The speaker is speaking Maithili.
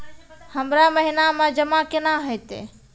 हमरा महिना मे जमा केना हेतै?